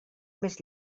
més